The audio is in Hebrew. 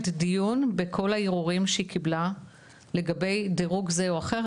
דיון בכל הערעורים שהיא קיבלה לגבי דירוג זה או אחר,